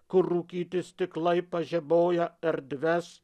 kur rūkyti stiklai pažeboja erdves